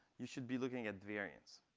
you should be looking at variance.